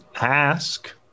ask